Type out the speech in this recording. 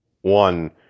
one